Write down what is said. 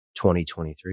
2023